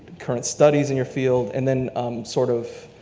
current studies in your field, and then sort of,